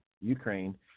Ukraine